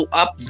up